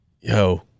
yo